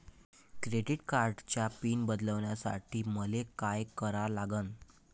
Credit कार्डाचा PIN बदलासाठी मले का करा लागन?